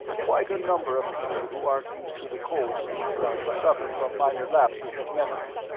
quite a number of people who aren't used to the cold-sleep drug suffer from minor lapses of memory.